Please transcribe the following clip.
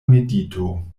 medito